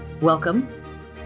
Welcome